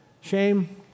shame